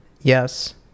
Yes